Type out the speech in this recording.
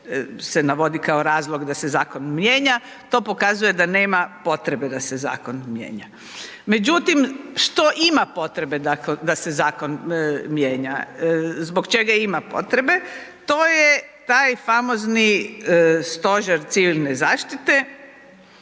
navodi kao razlog da se zakon mijenja. To pokazuje da nema potrebe da se zakon mijenja. Međutim, što ima potrebe da se zakon mijenja, zbog čega ima potrebe? To je taj famozni Stožer civilne zaštite